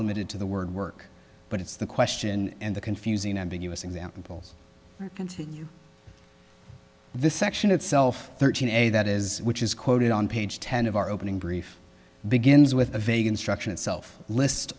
limited to the word work but it's the question and the confusing ambiguous examples and to this section itself thirteen a that is which is quoted on page ten of our opening brief begins with a vague instruction itself list